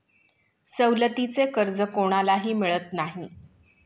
सवलतीचे कर्ज कोणालाही मिळत नाही